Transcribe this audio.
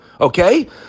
Okay